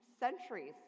Centuries